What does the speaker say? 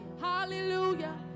Hallelujah